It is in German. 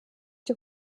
die